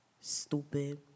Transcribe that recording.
Stupid